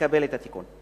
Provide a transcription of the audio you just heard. מקבל את התיקון.